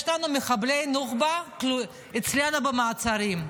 יש לנו מחבלי נוח'בה אצלנו במעצרים.